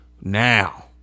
Now